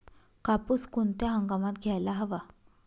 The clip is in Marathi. कापूस कोणत्या हंगामात घ्यायला हवा?